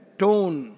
tone